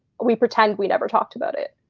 we pretend we never talked about it.